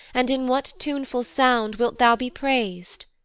and in what tuneful sound wilt thou be prais'd?